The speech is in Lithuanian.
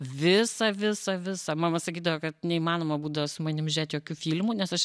visą visą visą mama sakydavo kad neįmanoma būdavo su manim žiūrėt jokių filmų nes aš